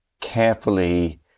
carefully